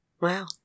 Wow